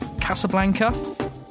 casablanca